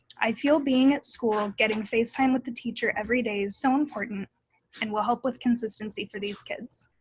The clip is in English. i feel being at school getting face time with the teacher every day is so important and will help with consistency for these kids.